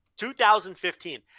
2015